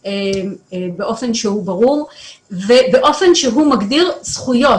באופן שהוא ברור ובאופן שהוא מגדיר זכויות,